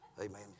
Amen